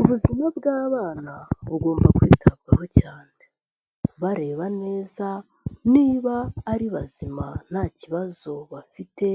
Ubuzima bw'abana bugomba kwitabwaho cyane bareba neza niba ari bazima nta kibazo bafite